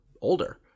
older